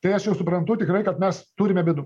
tai aš jau suprantu tikrai kad mes turime bėdų